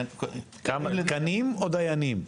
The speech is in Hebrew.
תקנים או דיינים?